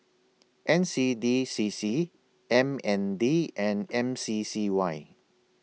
N C D C C M N D and M C C Y